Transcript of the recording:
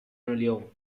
اليوم